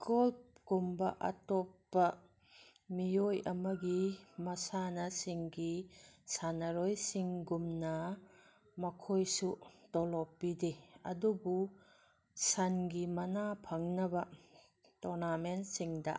golf ꯀꯨꯝꯕ ꯑꯇꯣꯞꯄ ꯃꯤꯑꯣꯏ ꯑꯃꯒꯤ ꯃꯁꯥꯟꯅꯁꯤꯡꯒꯤ ꯁꯥꯟꯅꯔꯣꯏꯁꯤꯡꯒꯨꯝꯅ ꯃꯈꯣꯏꯁꯨ ꯇꯣꯂꯣꯞ ꯄꯤꯗꯦ ꯑꯗꯨꯕꯨ ꯁꯟꯒꯤ ꯃꯅꯥ ꯐꯪꯅꯕ ꯇꯣꯔꯅꯥꯃꯦꯟꯁꯤꯡꯗ